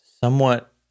somewhat